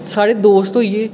साढ़े दोस्त होई गे